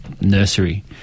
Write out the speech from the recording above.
nursery